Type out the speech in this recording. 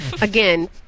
Again